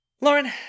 Lauren